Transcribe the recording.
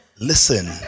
Listen